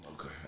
Okay